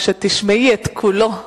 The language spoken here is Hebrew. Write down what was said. כשתשמעי את כולו,